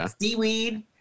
Seaweed